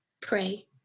pray